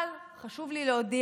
אבל, חשוב לי להודיע,